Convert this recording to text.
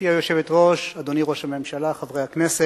גברתי היושבת-ראש, אדוני ראש הממשלה, חברי הכנסת,